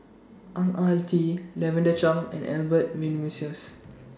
Ang Ah Tee Lavender Chang and Albert Winsemius